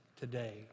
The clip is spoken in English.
today